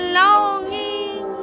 longing